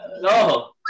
No